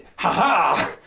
ha!